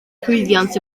llwyddiant